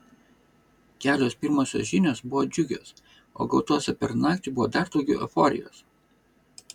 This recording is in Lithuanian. kelios pirmosios žinios buvo džiugios o gautose per naktį buvo dar daugiau euforijos